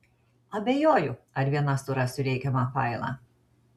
abejoju ar viena surasiu reikiamą failą